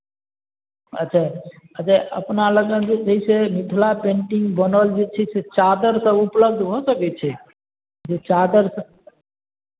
अच्छा अच्छा अपना लगन जे छै से मिथिला पेंटिंग बनल जे छै से चादरसभ उपलब्ध भऽ सकै छै जे चादरसभ